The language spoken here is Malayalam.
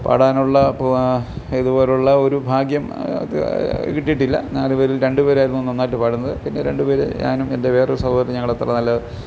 പാടാനുള്ള ഇതുപോലുള്ള ഒരു ഭാഗ്യം കിട്ടിയിട്ടില്ല നാലുപേരിൽ രണ്ടുപേരായിരുന്നു നന്നായിട്ട് പാടുന്നത് പിന്നെ രണ്ടു പേര് ഞാനും എൻ്റെ വേറൊരു സഹോദരനും ഞങ്ങളത്ര നല്ല